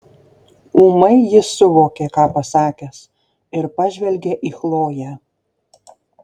ūmai jis suvokė ką pasakęs ir pažvelgė į chloję